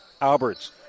Alberts